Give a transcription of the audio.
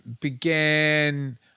began